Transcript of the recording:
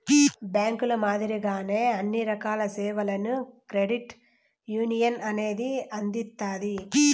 బ్యాంకుల మాదిరిగానే అన్ని రకాల సేవలను క్రెడిట్ యునియన్ అనేది అందిత్తాది